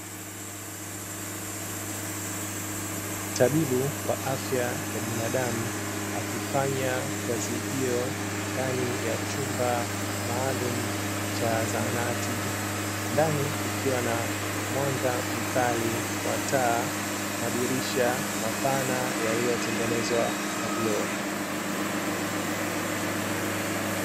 Tabibu wa afya ya binadamu akifanya kazi hiyo ndani ya chumba maalum cha zahanati, ndani kukiwa na mwanga mkali wa taa madirisha mapana yaliyotengenezwa kwa vioo.